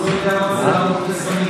אז הוא לא יודע מה זה לעמוד בזמנים.